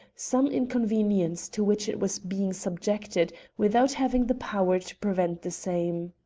some inconvenience to which it was being subjected without having the power to prevent the same.